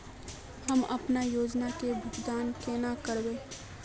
हम अपना योजना के भुगतान केना करबे?